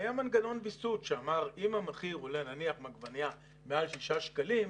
היה מנגנון ויסות שאמר שאם המחיר של עגבנייה עולה נניח מעל 6 שקלים,